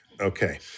Okay